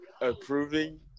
approving